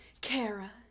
Kara